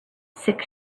six